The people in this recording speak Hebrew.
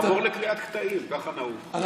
תעבור לקריאת קטעים, ככה נהוג.